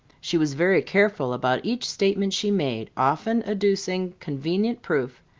she was very careful about each statement she made, often adducing convenient proof,